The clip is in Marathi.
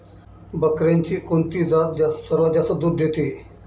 बकऱ्यांची कोणती जात सर्वात जास्त दूध देते?